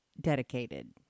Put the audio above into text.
dedicated